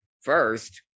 first